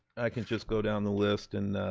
i can just go down the list and